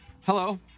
Hello